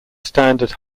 standard